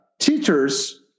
teachers